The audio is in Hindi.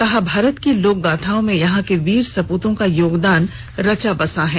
कहा भारत की लोकगाथाओं में यहां के वीर सप्रतों का योगदान रचा बसा है